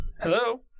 Hello